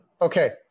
Okay